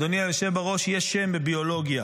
אדוני היושב בראש, יש שם בביולוגיה.